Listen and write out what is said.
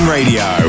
Radio